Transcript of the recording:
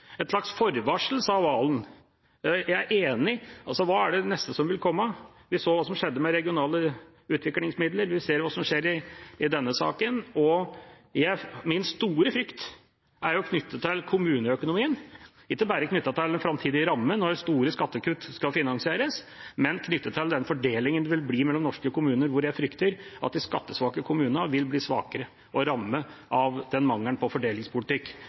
slags forvarsel, sa Serigstad Valen. Jeg er enig. Hva er det neste som vil komme? Vi så hva som skjedde med regionale utviklingsmidler, vi ser hva som skjer i denne saken. Min store frykt er knyttet til kommuneøkonomien, ikke bare til framtidige rammer når store skattekutt skal finansieres, men til fordelingen mellom norske kommuner. Jeg frykter at de skattesvake kommunene vil bli svakere og bli rammet av den mangelen på fordelingspolitikk